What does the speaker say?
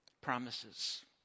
promises